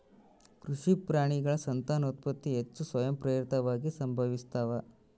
ಕೃಷಿ ಪ್ರಾಣಿಗಳ ಸಂತಾನೋತ್ಪತ್ತಿ ಹೆಚ್ಚು ಸ್ವಯಂಪ್ರೇರಿತವಾಗಿ ಸಂಭವಿಸ್ತಾವ